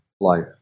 life